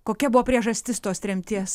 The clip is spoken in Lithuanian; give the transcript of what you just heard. kokia buvo priežastis tos tremties